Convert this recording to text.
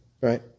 right